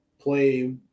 play